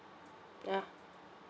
ah